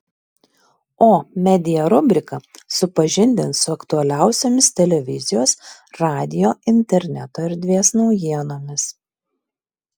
o media rubrika supažindins su aktualiausiomis televizijos radijo interneto erdvės naujienomis